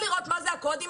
אנואר?